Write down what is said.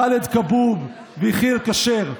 חאלד כבוב ויחיאל כשר.